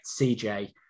cj